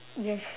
yes